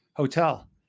hotel